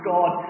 God